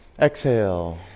exhale